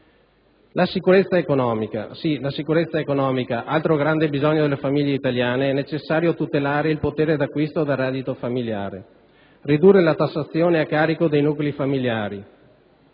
La sicurezza economica è un altro grande bisogno delle famiglie italiane. È necessario tutelare il potere d'acquisto del reddito familiare e ridurre la tassazione a carico dei nuclei familiari,